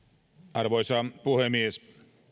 arvoisa puhemies